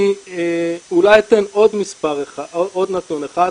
אני אולי אתן עוד נתון אחד,